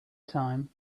time